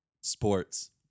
Sports